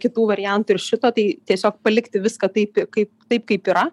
kitų variantų ir šito tai tiesiog palikti viską taip kaip taip kaip yra